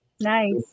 Nice